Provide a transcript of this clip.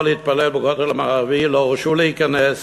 להתפלל בכותל המערבי לא הורשו להיכנס